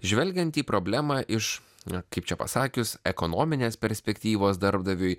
žvelgiant į problemą iš na kaip čia pasakius ekonominės perspektyvos darbdaviui